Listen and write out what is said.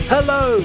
Hello